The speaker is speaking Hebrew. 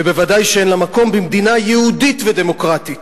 וודאי שאין לה מקום במדינה יהודית ודמוקרטית.